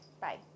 Bye